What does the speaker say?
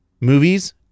movies